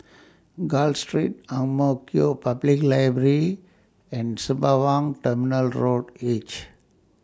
Gul Street Ang Mo Kio Public Library and Sembawang Terminal Road H